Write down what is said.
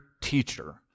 teacher